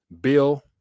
Bill